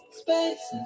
space